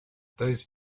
those